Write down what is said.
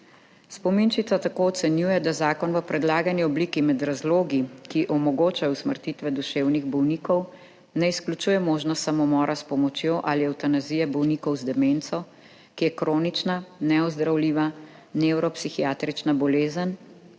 Spominčica tako ocenjuje, da zakon v predlagani obliki med razlogi, ki omogočajo usmrtitve duševnih bolnikov, ne izključuje možnosti samomora s pomočjo ali evtanazije bolnikov z demenco, ki je kronična, neozdravljiva, nevropsihiatrična bolezen